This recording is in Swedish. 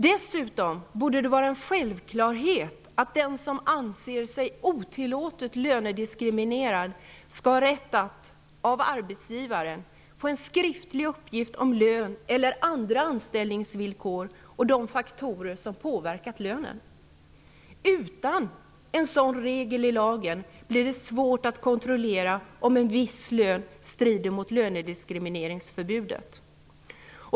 Dessutom borde det vara en självklarhet att den som anser sig otillåtet lönediskriminerad skall ha rätt att, av arbetsgivaren, få en skriftlig uppgift om lön eller andra anställningsvillkor och de faktorer som har påverkat lönen. Utan en sådan regel i lagen blir det svårt att kontrollera om en viss lön strider mot lönediskrimineringsförbudet.